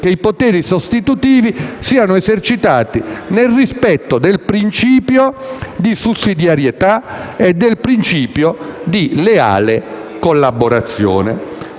che i poteri sostitutivi siano esercitati nel rispetto dei principi di sussidiarietà e di leale collaborazione.